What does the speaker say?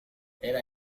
era